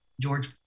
George